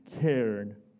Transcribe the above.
cared